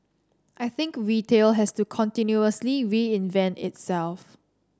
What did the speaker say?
I think retail has to continuously reinvent itself